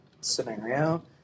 scenario